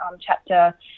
chapter